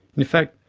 in fact,